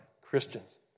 Christians